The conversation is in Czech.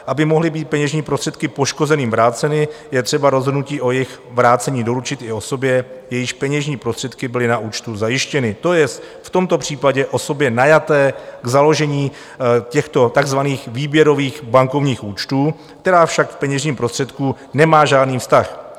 Aby mohly být peněžní prostředky poškozeným vráceny, je třeba rozhodnutí o jejich vrácení doručit i osobě, jejíž peněžní prostředky byly na účtu zajištěny, to je v tomto případě osobě najaté k založení těchto takzvaných výběrových bankovních účtů, která však k peněžním prostředkům nemá žádný vztah.